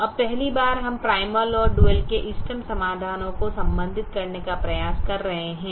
तो अब पहली बार हम प्राइमल और डुअल के इष्टतम समाधानों को संबंधित करने का प्रयास कर रहे हैं